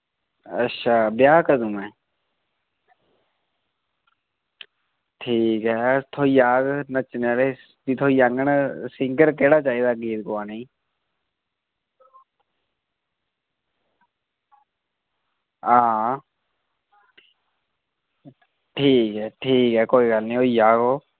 अच्छा ब्याह् कदूं एह् ठीक ऐ थ्होई जाह्ग नच्चने आह्ले थ्होई जाङन सिंगर केह्ड़ा चाहिदा गीत गोआने ई हां ठीक ऐ ठीक ऐ कोई गल्ल नेईं होई जाह्ग ओह्